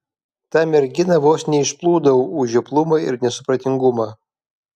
tą merginą vos neišplūdau už žioplumą ir nesupratingumą